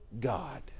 God